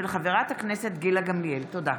תודה.